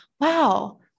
wow